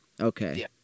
Okay